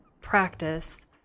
practice